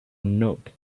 nope